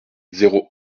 zéro